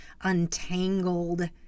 untangled